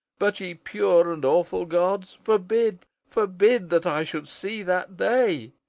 but, ye pure and awful gods, forbid, forbid that i should see that day!